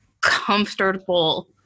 comfortable